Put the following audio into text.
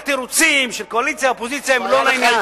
התירוצים של קואליציה-אופוזיציה הם לא לעניין.